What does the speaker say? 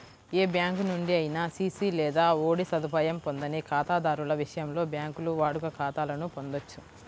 ఏ bank నుండి అయినా CC లేదా ఓడి సదుపాయం పొందని ఖాతాదారుల విషయంలో, బ్యాంకులు వాడుక ఖాతాలను పొందొచ్చు